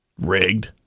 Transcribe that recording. rigged